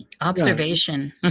Observation